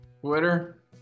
Twitter